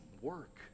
work